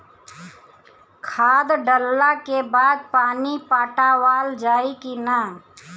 खाद डलला के बाद पानी पाटावाल जाई कि न?